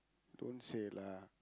don't say lah